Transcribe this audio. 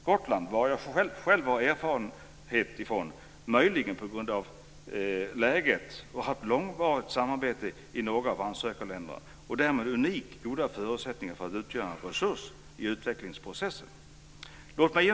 Gotland, varifrån jag själv har erfarenhet, har möjligen på grund av läget haft långvarigt samarbete med några av ansökarländerna och har därmed unikt goda förutsättningar att utgöra en resurs i utvidgningsprocessen.